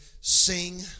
sing